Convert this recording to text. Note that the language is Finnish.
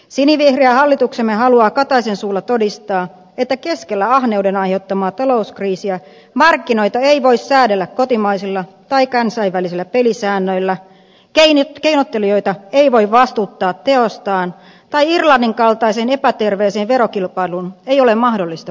sinivihreä hallituksemme haluaa kataisen suulla todistaa että keskellä ahneuden aiheuttamaa talouskriisiä markkinoita ei voi säädellä kotimaisilla tai kansainvälisillä pelisäännöillä keinottelijoita ei voi vastuuttaa teoistaan tai irlannin kaltaiseen epäterveeseen verokilpailuun ei ole mahdollista puuttua